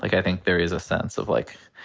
like i think there is a sense of, like,